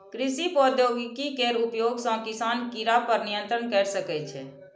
कृषि प्रौद्योगिकी केर उपयोग सं किसान कीड़ा पर नियंत्रण कैर सकै छै